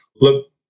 look